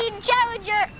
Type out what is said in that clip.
challenger